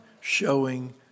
Showing